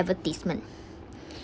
advertisement